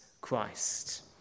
Christ